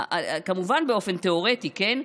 כמובן באופן תיאורטי, כן?